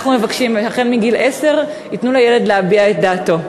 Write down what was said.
אנחנו מבקשים שהחל מגיל עשר ייתנו לילד להביע את דעתו.